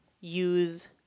use